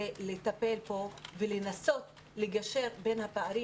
זה לטפל בו ולנסות לגשר בין הפערים